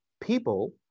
people